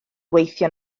weithio